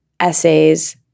essays